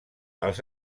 els